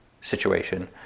situation